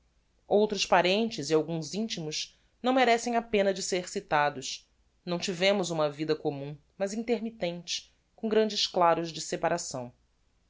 outros parentes e alguns intimos não merecem a pena de ser citados não tivemos uma vida commum mas intermittente com grandes claros de separação